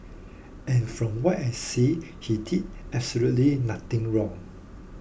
and from what I see he did absolutely nothing wrong